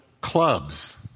clubs